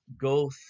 go